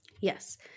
Yes